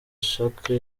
shekau